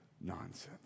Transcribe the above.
nonsense